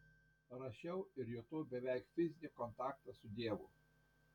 rašiau ir jutau beveik fizinį kontaktą su dievu